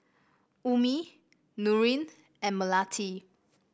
Ummi Nurin and Melati